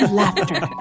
laughter